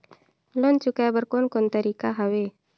Loan चुकाए बर कोन कोन तरीका हवे?